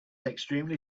extremely